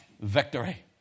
Victory